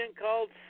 called